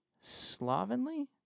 slovenly